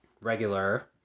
regular